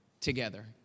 together